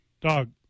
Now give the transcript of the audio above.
Dog